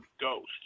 ghost